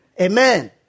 Amen